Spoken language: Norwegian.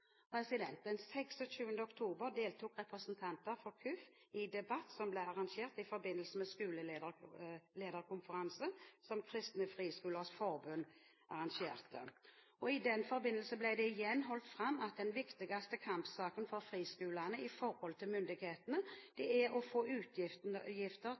Den 26. oktober deltok representanter for KUF i en debatt som ble arrangert i forbindelse med en skolelederkonferanse som Kristne Friskolers Forbund arrangerte. I den forbindelse ble det igjen holdt fram at den viktigste kampsaken for friskolene i forhold til myndighetene,